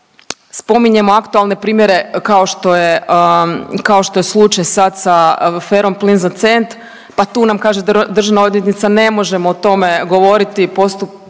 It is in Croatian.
Spominjemo aktualne primjere kao što je slučaj sad sa aferom „plin za cent“, pa tu nam kaže državna odvjetnica ne možemo o tome govoriti,